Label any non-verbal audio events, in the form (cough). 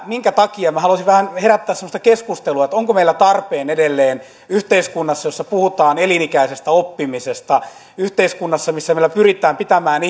minkä takia minä haluaisin vähän herättää keskustelua että onko meillä tarpeen yhteiskunnassa jossa puhutaan elinikäisestä oppimisesta yhteiskunnassa missä vielä pyritään pitämään (unintelligible)